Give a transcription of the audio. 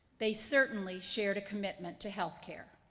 they certainly shared a commitment to healthcare.